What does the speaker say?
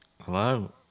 hello